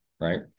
right